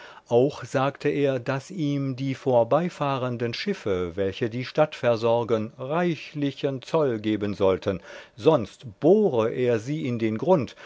auch sagte er daß ihm die vorbeifahrenden schiffe welche die stadt versorgen reichlichen zoll geben sollten sonst bohre er sie in den grund